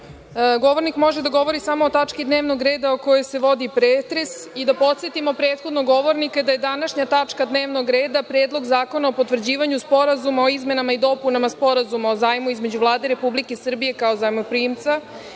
1.Govornik može da govori samo o tački dnevnog reda o kojoj se vodi pretres i da podsetimo prethodnog govornika da je današnja tačka dnevnog reda Predlog zakona o potvrđivanju Sporazuma o izmenama i dopunama Sporazuma o zajmu između Vlade Republike Srbije, kao zajmoprimca